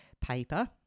paper